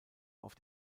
auf